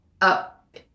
up